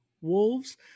wolves